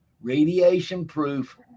radiation-proof